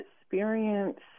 experience